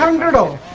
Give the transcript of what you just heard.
um middle